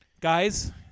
Guys